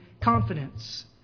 confidence